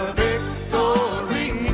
victory